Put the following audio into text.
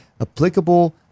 applicable